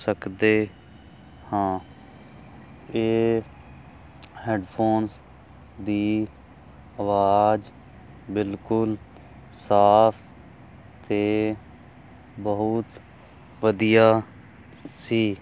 ਸਕਦੇ ਹਾਂ ਇਹ ਹੈਡਫੋਨ ਦੀ ਆਵਾਜ਼ ਬਿਲਕੁਲ ਸਾਫ ਤੇ ਬਹੁਤ ਵਧੀਆ ਸੀ